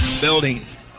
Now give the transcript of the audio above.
Buildings